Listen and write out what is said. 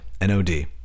N-O-D